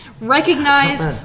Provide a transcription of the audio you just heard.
Recognize